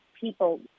people